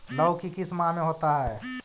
लव की किस माह में होता है?